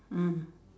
mm